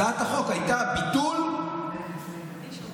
הצעת החוק הייתה ביטול, עילת הסבירות.